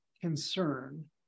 concern